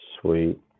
sweet